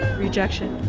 rejection.